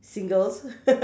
singles